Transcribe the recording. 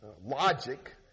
logic